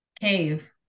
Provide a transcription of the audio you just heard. cave